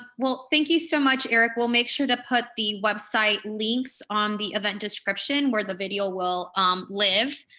well, thank you so much, eric, we'll make sure to put the website links on the event description where the video will um live.